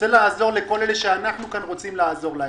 רוצה לעזור לכל אלה שאנחנו כאן רוצים לעזור להם,